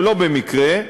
ולא במקרה,